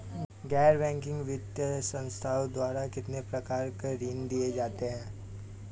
गैर बैंकिंग वित्तीय संस्थाओं द्वारा कितनी प्रकार के ऋण दिए जाते हैं?